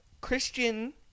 Christian